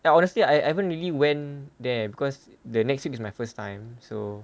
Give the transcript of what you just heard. I honestly I haven't really went there because the next week is my first time so